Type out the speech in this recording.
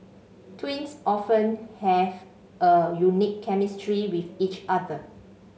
twins often have a unique chemistry with each other